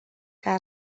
que